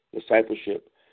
discipleship